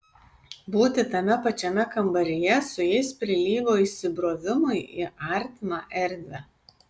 būti tame pačiame kambaryje su jais prilygo įsibrovimui į artimą erdvę